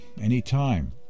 anytime